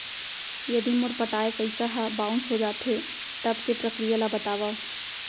यदि मोर पटाय पइसा ह बाउंस हो जाथे, तब के प्रक्रिया ला बतावव